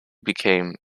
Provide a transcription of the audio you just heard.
became